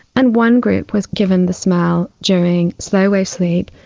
and one group was given the smell during slow wave sleep.